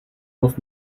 moc